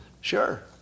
Sure